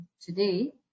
today